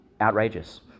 outrageous